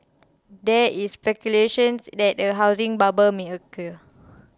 there is speculations that a housing bubble may occur